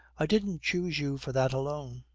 i didn't choose you for that alone.